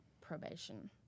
probation